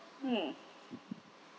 hmm